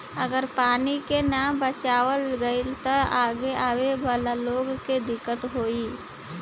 अगर पानी के ना बचावाल गइल त आगे आवे वाला लोग के दिक्कत होई